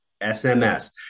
SMS